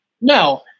No